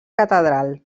catedral